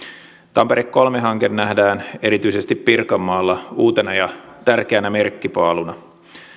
tampere kolme hanke nähdään erityisesti pirkanmaalla uutena ja tärkeänä merkkipaaluna